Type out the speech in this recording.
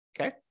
Okay